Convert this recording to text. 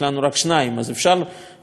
אז אפשר להחליף גרביים,